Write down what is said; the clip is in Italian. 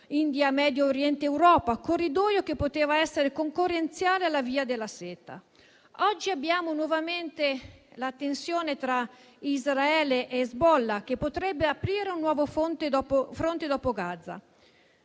India-Medio Oriente-Europa, che poteva essere concorrenziale alla Via della seta. Oggi abbiamo nuovamente la tensione tra Israele ed Hezbollah, che potrebbe aprire un nuovo fronte dopo Gaza.